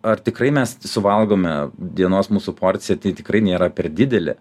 ar tikrai mes suvalgome dienos mūsų porcija tikrai nėra per didelė